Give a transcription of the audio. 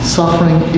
suffering